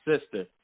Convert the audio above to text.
sister